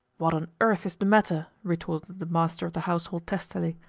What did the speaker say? what on earth is the matter? retorted the master of the household testily.